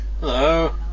Hello